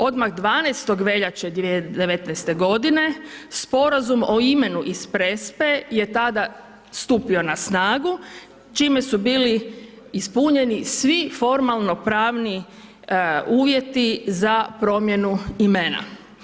Odmah 12. veljače 2019. godine sporazum o imenu iz Prespe je tada stupio na snagu čime su bili ispunjeni svi formalno pravni uvjeti za promjenu imena.